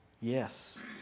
Yes